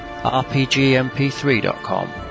RPGMP3.com